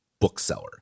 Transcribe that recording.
bookseller